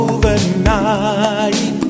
Overnight